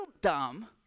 dumb